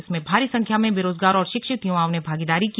इसमें भारी संख्या में बेरोजगार और शिक्षित युवाओं ने भागीदारी की